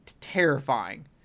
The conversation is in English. terrifying